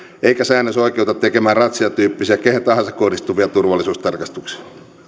eikä säännös oikeuta tekemään ratsiatyyppisiä kehen tahansa kohdistuvia turvallisuustarkastuksia